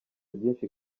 byinshi